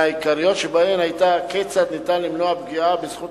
והעיקרית שבהן היתה כיצד ניתן למנוע פגיעה בזכות